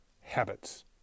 habits